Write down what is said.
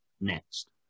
next